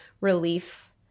relief